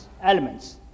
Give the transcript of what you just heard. elements